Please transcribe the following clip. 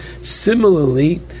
Similarly